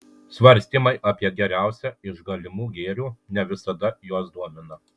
svarstymai apie geriausią iš galimų gėrių ne visada juos domina